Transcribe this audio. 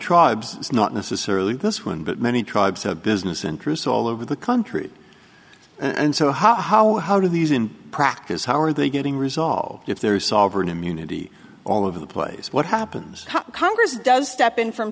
it's not necessarily this one but many tribes have business interests all over the country and so how how do these in practice how are they getting resolved if there is solve or an immunity all over the place what happens congress does step in from